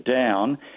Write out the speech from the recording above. down